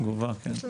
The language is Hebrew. תודה רבה, שלום